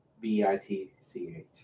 B-I-T-C-H